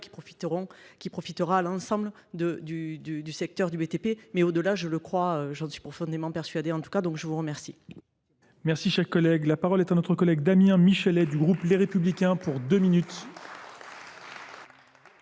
qui profitera à l'ensemble du secteur du BTP. Mais au-delà, je le crois, j'en suis profondément persuadée en tout cas, donc je vous remercie. Merci, chers collègues. La parole est à notre collègue Damien Michelet du groupe Les Républicains pour deux minutes.